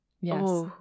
Yes